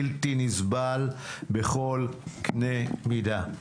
בלתי נסבל בכל קנה מידה.